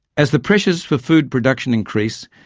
as the pressures for food production increase,